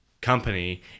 company